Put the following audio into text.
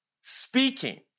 speaking